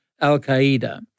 al-Qaeda